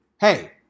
hey